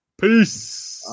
Peace